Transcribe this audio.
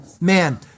Man